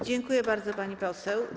Dziękuję bardzo, pani poseł.